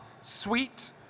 Sweet